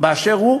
באשר הוא,